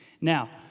Now